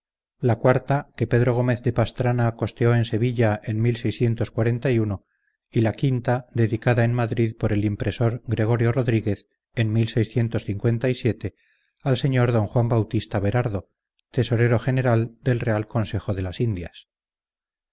la cuarta que pedro gómez de pastrana costeó en sevilla en y la quinta dedicada en madrid por el impresor gregorio rodríguez en al sr d juan bautista berardo tesorero general del real consejo de las indias